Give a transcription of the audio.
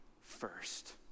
first